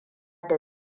da